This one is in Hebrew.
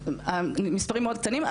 המספרים מאוד קטנים.